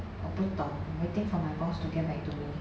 我不懂 I'm waiting for my boss to get back to me